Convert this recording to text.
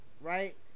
right